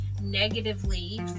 negatively